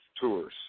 tours